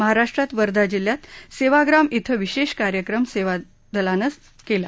महाराष्ट्रात वर्धा जिल्ह्यात सेवाग्राम इथं विशेष कार्यक्रम सेवादलने केला